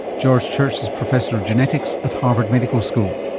george church is professor of genetics at harvard medical school.